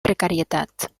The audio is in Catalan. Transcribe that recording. precarietat